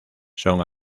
son